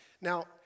Now